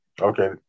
Okay